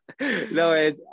no